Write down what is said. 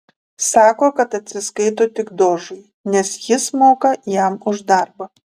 sako kad atsiskaito tik dožui nes jis moka jam už darbą